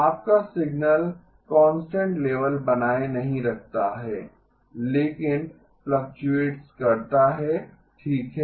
आपका signal constant level बनाए नहीं रखता है लेकिन फ्लक्टुएटस करता है ठीक है